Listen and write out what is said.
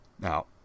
Now